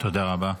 תודה רבה.